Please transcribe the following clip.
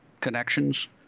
connections